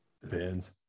Depends